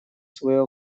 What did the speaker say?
свою